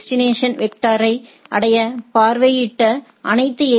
destination நெட்வொர்க்கை அடைய பார்வையிட்ட அனைத்து எ